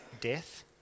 death